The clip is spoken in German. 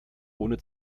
ohne